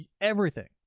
everything,